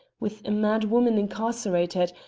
with a mad woman incarcerated,